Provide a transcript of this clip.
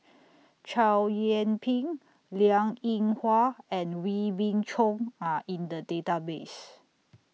Chow Yian Ping Liang Eng Hwa and Wee Beng Chong Are in The Database